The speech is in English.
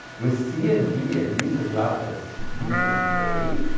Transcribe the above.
with c and d at least as large as b and a?